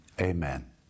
amen